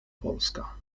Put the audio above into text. polska